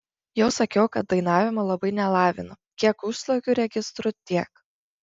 jau sakiau kad dainavimo labai nelavinu kiek užsliuogiu registru tiek